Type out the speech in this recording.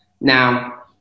Now